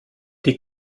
die